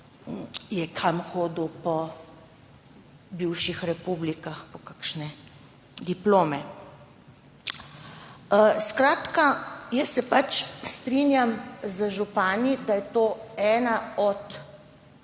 je hodil kam po bivših republikah po kakšne diplome. Skratka, jaz se strinjam z župani, da je to ena od